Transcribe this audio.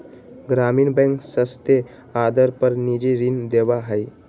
ग्रामीण बैंक सस्ते आदर पर निजी ऋण देवा हई